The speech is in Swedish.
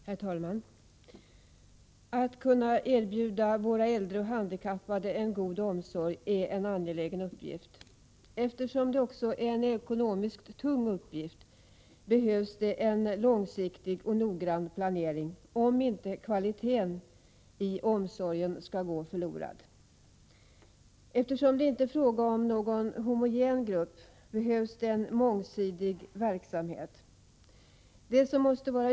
Herr talman! Det är en angelägen uppgift att tillse att våra äldre och handikappade kan erbjudas en god omsorg. Eftersom det också är en ekonomiskt tung uppgift behövs en långsiktig och noggrann planering, för att inte kvaliteten i omsorgen skall gå förlorad. Eftersom det inte är fråga om någon homogen grupp, behövs det en mångsidig verksamhet.